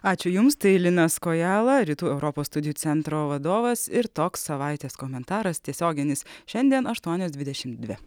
ačiū jums tai linas kojala rytų europos studijų centro vadovas ir toks savaitės komentaras tiesioginis šiandien aštuonios dvidešim dvi